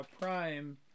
prime